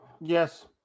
Yes